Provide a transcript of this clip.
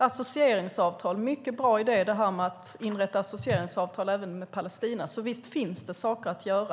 Det är en mycket bra idé att inrätta associeringsavtal även med Palestina. Så visst finns det saker att göra.